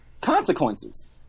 consequences